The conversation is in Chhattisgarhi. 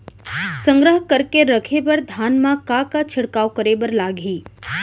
संग्रह करके रखे बर धान मा का का छिड़काव करे बर लागही?